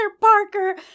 Parker